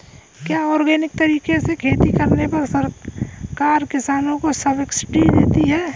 क्या ऑर्गेनिक तरीके से खेती करने पर सरकार किसानों को सब्सिडी देती है?